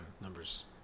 Numbers